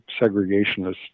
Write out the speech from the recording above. segregationist